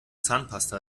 zahnpasta